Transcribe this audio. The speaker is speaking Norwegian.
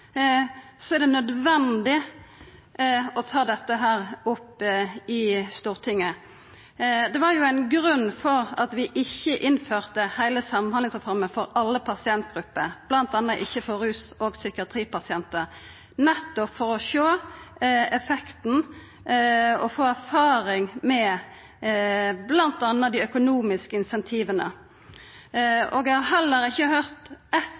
er det nødvendig å ta det opp i Stortinget. Det var jo ein grunn til at vi ikkje innførte heile Samhandlingsreforma for alle pasientgrupper, bl.a. ikkje for rus- og psykiatripasientar, nettopp for å sjå effekten av og få erfaring med bl.a. dei økonomiske incentiva. Eg har heller ikkje høyrt eitt